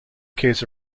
case